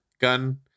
gun